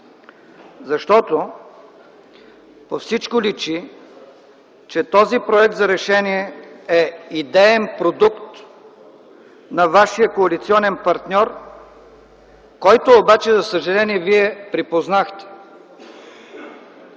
защото по всичко личи, че този проект за решение е идеен продукт на вашия коалиционен партньор, който за съжаление вие припознахте.